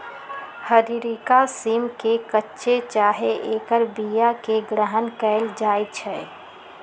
हरियरका सिम के कच्चे चाहे ऐकर बियाके ग्रहण कएल जाइ छइ